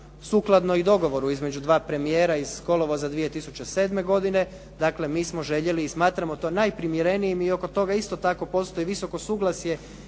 sukladno i dogovoru između dva premijera iz kolovoza 2007. godine, dakle mi smo željeli i smatramo to najprimjerenijim i oko toga isto tako postoji visoko suglasje